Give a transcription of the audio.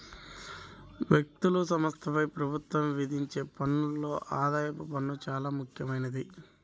వ్యక్తులు, సంస్థలపై ప్రభుత్వం విధించే పన్నుల్లో ఆదాయపు పన్ను చానా ముఖ్యమైంది